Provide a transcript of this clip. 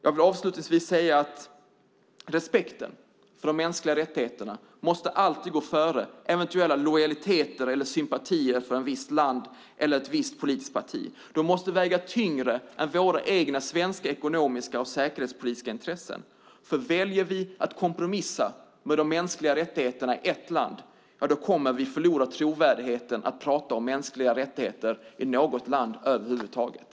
Jag vill avslutningsvis säga att respekten för de mänskliga rättigheterna alltid måste gå före eventuell lojalitet eller sympati med ett visst land eller ett visst politiskt parti. De måste väga tyngre än våra svenska ekonomiska och säkerhetspolitiska intressen. För om vi väljer att kompromissa med de mänskliga rättigheterna i ett land kommer vi att förlora vi trovärdigheten att prata om mänskliga rättigheter i något land över huvud taget.